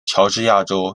乔治亚州